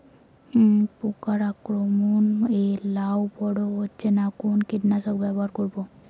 পোকার আক্রমণ এ লাউ বড় হচ্ছে না কোন কীটনাশক ব্যবহার করব?